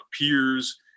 peers